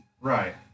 Right